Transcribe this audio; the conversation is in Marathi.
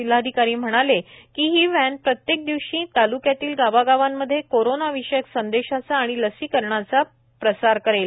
जिल्हाधिकारी जितेंद्र पापळकर म्हणाले की ही व्हॅन प्रत्येक दिवशी ताल्क्यातील गावागावांमध्ये कोरोना विषयक संदेशाचा आणि लसीकरणाचा प्रसार करेल